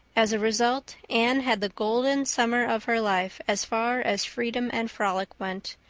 as a result, anne had the golden summer of her life as far as freedom and frolic went.